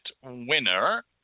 winner